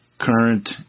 current